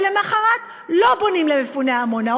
ולמחרת לא בונים למפוני עמונה,